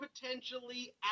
potentially